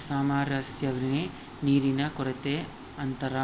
ಅಸಾಮರಸ್ಯನೇ ನೀರಿನ ಕೊರತೆ ಅಂತಾರ